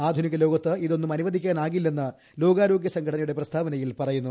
ആധുനിക ലോകത്ത് ഇതൊന്നും അനുവദിക്കാനികില്ലെന്ന് ലോകാരോഗ്യ സംഘടന യുടെ പ്രസ്താവനയിൽ പറയുന്നു